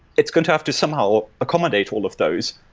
it's going to have to somehow accommodate all of those.